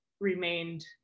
remained